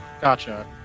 Gotcha